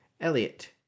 Elliot